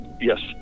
Yes